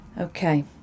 Okay